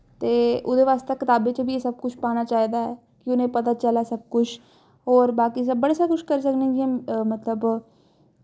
ते ओह्दे बास्तै कताबें च बी सब कुछ पाना चाहिदा ऐ कि उ'नें पता चलै सब कुछ होर बाकी सब कुछ बड़ा कुछ करी सकने जि'यां मतलब